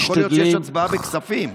יכול להיות שיש הצבעה בכספים.